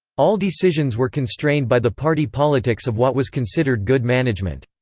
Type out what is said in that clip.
all decisions were constrained by the party politics of what was considered good management.